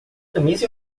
camisa